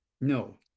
No